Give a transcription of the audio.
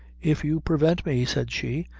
if you prevent me, said she,